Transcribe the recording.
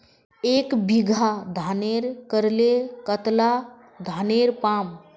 एक बीघा धानेर करले कतला धानेर पाम?